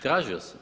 Tražio sam.